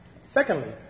Secondly